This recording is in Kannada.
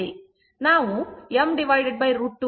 ನಾವು m √ 2 ಎಂದು ಬರೆಯಬಹುದು